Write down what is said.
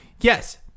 Yes